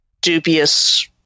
dubious